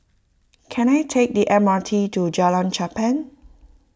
can I take the M R T to Jalan Cherpen